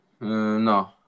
No